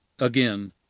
again